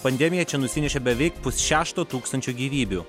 pandemija čia nusinešė beveik pusšešto tūkstančio gyvybių